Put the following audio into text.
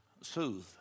soothe